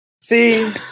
see